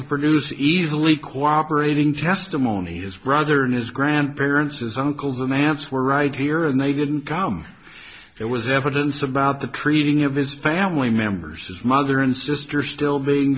to produce easily cooperating testimony his brother and his grandparents his uncles and aunts were right here and they didn't come there was evidence about the treating of his family members his mother and sister still being